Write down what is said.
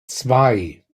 zwei